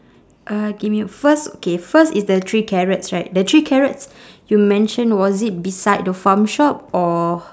uh give me a first okay first is the three carrots right the three carrots you mention was it beside the farm shop or